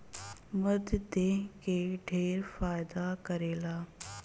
मध देह के ढेर फायदा करेला